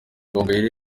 gahongayire